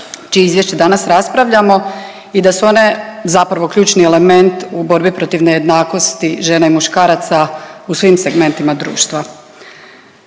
čije izvješće danas raspravljamo i da su one zapravo ključni element u borbi protiv nejednakosti žena i muškaraca u svim segmentima društva.